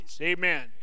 Amen